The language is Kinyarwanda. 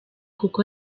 kuko